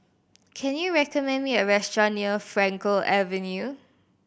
can you recommend me a restaurant near Frankel Avenue